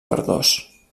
verdós